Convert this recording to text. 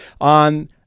on